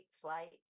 flight